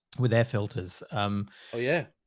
with air filters. um, oh yeah.